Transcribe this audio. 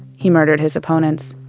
he murdered his opponents.